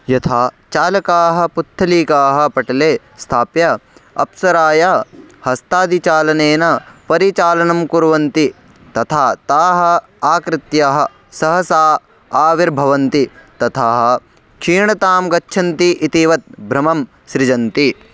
यथा चालकाः पुत्तलीकां पटले स्थाप्य अप्सरायाः हस्तादि चालनेन परिचालनं कुर्वन्ति तथा ताः आकृत्यः सहसा आविर्भवन्ति तथाः क्षीणतां गच्छन्ति इतिवत् भ्रमं सृजन्ति